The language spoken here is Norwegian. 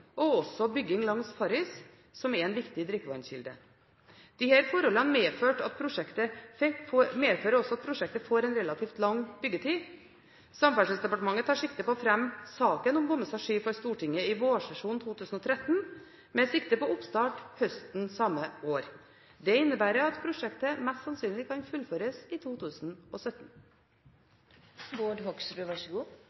og bygging langs Farris, som er en viktig drikkevannskilde. Disse forholdene medfører at prosjektet får en relativt lang byggetid. Samferdselsdepartementet tar sikte på å fremme saken om Bommestad–Sky for Stortinget i vårsesjonen 2013, med sikte på oppstart høsten samme år. Det innebærer at prosjektet mest sannsynlig kan fullføres i 2017.